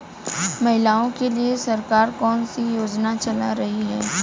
महिलाओं के लिए सरकार कौन सी योजनाएं चला रही है?